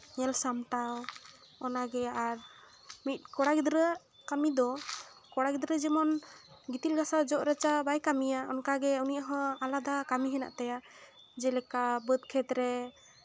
ᱧᱮᱞ ᱥᱟᱢᱴᱟᱣ ᱚᱱᱟᱜᱮ ᱟᱨ ᱢᱤᱫ ᱠᱚᱲᱟ ᱜᱤᱫᱽᱨᱟᱹ ᱟᱜ ᱠᱟᱹᱢᱤ ᱫᱚ ᱠᱚᱲᱟ ᱜᱤᱫᱽᱨᱟᱹ ᱡᱮᱢᱚᱱ ᱜᱤᱛᱤᱞ ᱜᱟᱥᱟᱣ ᱡᱚᱜ ᱨᱟᱪᱟ ᱵᱟᱭ ᱠᱟᱹᱢᱤᱭᱟ ᱚᱱᱠᱟᱜᱮ ᱩᱱᱤᱭᱟᱜ ᱦᱚᱸ ᱟᱞᱟᱫᱟ ᱠᱟᱹᱢᱤ ᱦᱮᱱᱟᱜ ᱛᱟᱭᱟ ᱡᱮᱞᱮᱠᱟ ᱵᱟᱹᱫ ᱠᱷᱮᱛ ᱨᱮ